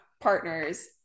partners